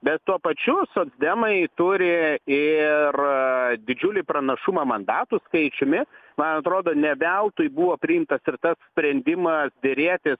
bet tuo pačiu socdemai turi ir didžiulį pranašumą mandatų skaičiumi man atrodo ne veltui buvo priimtas ir tas sprendimas derėtis